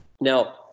Now